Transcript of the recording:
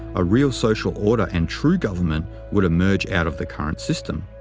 a real social order and true government would emerge out of the current system.